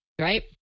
right